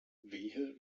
wehe